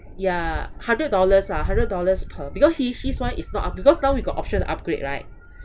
yeah hundred dollars lah hundred dollars per because he his one is not up because now we got option upgrade right